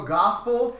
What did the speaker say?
gospel